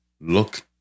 look